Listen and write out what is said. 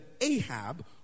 Ahab